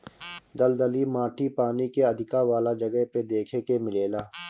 दलदली माटी पानी के अधिका वाला जगह पे देखे के मिलेला